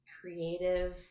creative